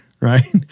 right